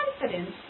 confidence